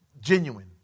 genuine